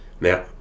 Now